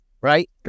Right